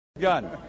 gun